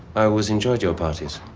i always enjoyed your parties.